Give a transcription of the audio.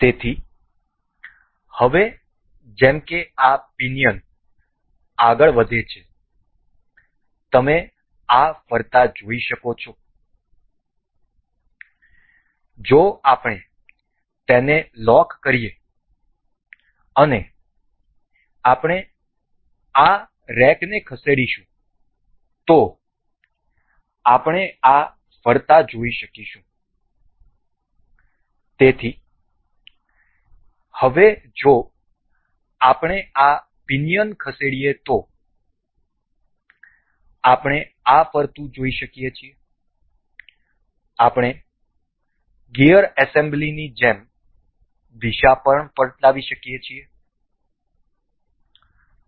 તેથી હવે જેમ કે આ પિનિયન આગળ વધે છે તમે આ ફરતા જોઈ શકો છો જો આપણે તેને લોક કરીએ અને આપણે આ રેકને ખસેડીશું તો આપણે આ ફરતા જોઈ શકીશું તેથી હવે જો આપણે આ પિનિયન ખસેડીએ તો આપણે આ ફરતું જોઈ શકીએ છીએ આપણે ગિયર એસેમ્બલીની જેમ દિશા પણ પલટાવી શકીશું